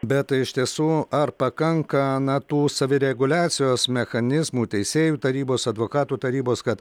bet iš tiesų ar pakanka na tų savireguliacijos mechanizmų teisėjų tarybos advokatų tarybos kad